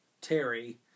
terry